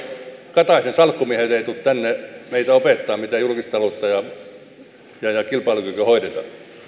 kataisen salkkumiehet eivät tule tänne meitä opettamaan miten julkista taloutta ja kilpailukykyä hoidetaan